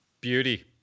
beauty